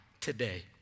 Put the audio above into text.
today